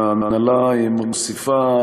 וההנהלה מוסיפה,